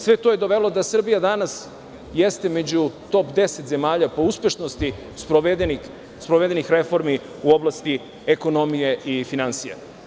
Sve to je dovelo da Srbija danas jeste među top deset zemalja po uspešnosti sprovedenih reformi u oblasti ekonomije i finansija.